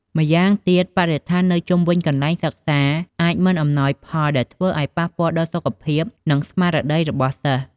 ម្យ៉ាងទៀត បរិស្ថាននៅជុំវិញកន្លែងសិក្សាអាចមិនអំណោយផល ដែលធ្វើអោយប៉ះពាល់ដល់សុខភាព និងស្មារតីរបស់សិស្ស។